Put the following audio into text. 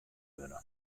wurde